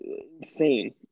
insane